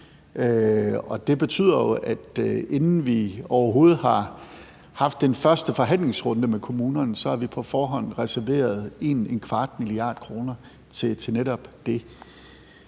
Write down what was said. Det betyder jo, at inden vi overhovedet har haft den første forhandlingsrunde med kommunerne, har vi på forhånd reserveret 1,25 mia. kr. til netop det.